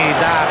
da